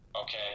okay